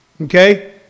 Okay